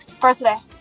Birthday